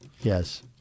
Yes